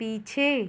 पीछे